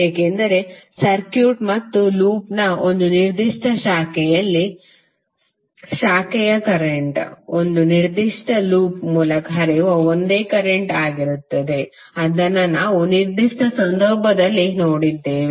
ಏಕೆಂದರೆ ಸರ್ಕ್ಯೂಟ್ ಮತ್ತು ಲೂಪ್ನ ಒಂದು ನಿರ್ದಿಷ್ಟ ಶಾಖೆಯಲ್ಲಿ ಶಾಖೆಯ ಕರೆಂಟ್ ಒಂದು ನಿರ್ದಿಷ್ಟ ಲೂಪ್ ಮೂಲಕ ಹರಿಯುವ ಒಂದೇ ಕರೆಂಟ್ ಆಗಿರುತ್ತದೆ ಅದನ್ನು ನಾವು ನಿರ್ದಿಷ್ಟ ಸಂದರ್ಭದಲ್ಲಿ ನೋಡಿದ್ದೇವೆ